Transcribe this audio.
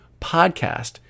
podcast